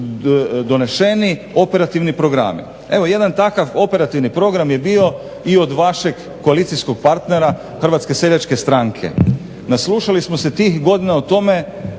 doneseni operativni programi. Evo jedan takav operativni program je bio i od vašeg koalicijskog partnera HSS-a. Naslušali smo se tih godina o tome